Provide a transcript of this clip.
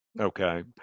Okay